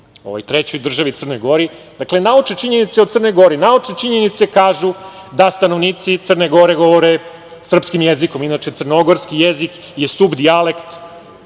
ovoj trećoj državi, Crnoj Gori. Dakle, naučne činjenice o Crnoj Gori kažu da stanovnici Crne Gore govore srpskim jezikom. Inače, crnogorski jezik je subdijalekt